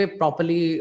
properly